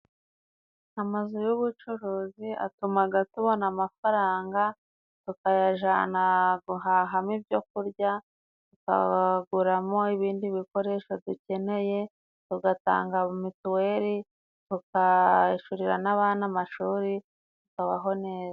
Amazu y'ubucuruzi atumaga tubona amafaranga, tukayajana guhahamo ibyo kurya, tukaguramo ibindi bikoresho dukeneye, dugatanga mituweri, tukishurira n'abana amashuri, bakabaho neza.